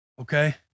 Okay